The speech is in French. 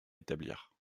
établir